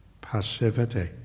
passivity